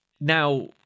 Now